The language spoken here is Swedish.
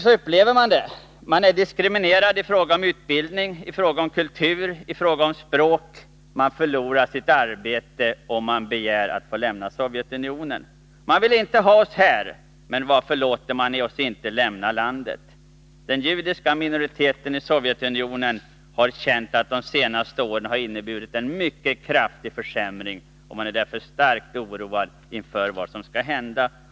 Så upplever man det. Man är diskriminerad i fråga om utbildning, kultur och språk, och man förlorar sitt arbete om man begär att få lämna Sovjetunionen. Myndigheterna vill inte ha oss här, säger man, men varför låter de oss inte lämna landet? Den judiska minoriteten i Sovjetunionen har känt att de senaste åren inneburit en mycket kraftig försämring, och den är därför starkt oroad inför vad som skall hända.